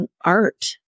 art